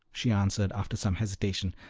she answered, after some hesitation,